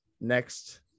next